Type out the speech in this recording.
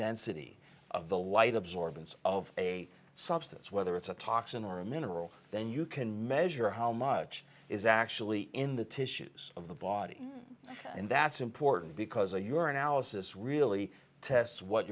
density of the light absorbance of a substance whether it's a toxin or a mineral then you can measure how much is actually in in the tissues of the body and that's important because a your analysis really tests what